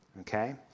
okay